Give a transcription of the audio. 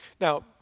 Now